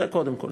זה קודם כול.